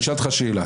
אני אשאל אותך שאלה.